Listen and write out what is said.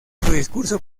discurso